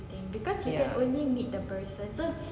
ya